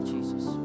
Jesus